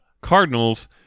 Cardinals